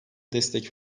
destek